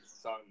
son